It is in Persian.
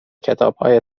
کتابهای